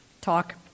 talk